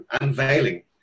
unveiling